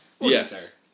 Yes